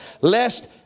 Lest